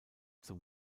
zum